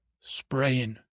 spraying